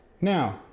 Now